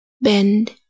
bend